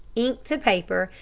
ink to paper,